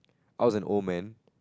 I was an old man